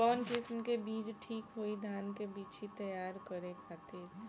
कवन किस्म के बीज ठीक होई धान के बिछी तैयार करे खातिर?